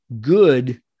good